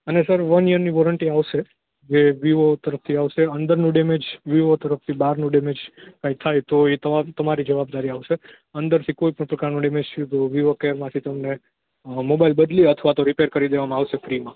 અને sir one યરની warranty આવશે જે વિવો તરફથી આવશે અંદરનું ડેમેજ વિવો તરફથી બાર નું ડેમેજ કાય થાય તો એ તમારી જવાબદારી આવશે અંદર થી કોય પણ પ્રકારનું ડેમેજ વિવો કેર માંથી તમને મોબાઈલ બદલી આપવા અથવા તો રીપેર કરી દેવામાં આવશે ફ્રી